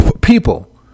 People